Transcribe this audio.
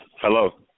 Hello